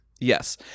Yes